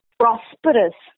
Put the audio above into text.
prosperous